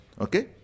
Okay